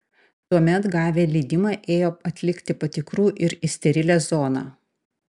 tuomet gavę leidimą ėjo atlikti patikrų ir į sterilią zoną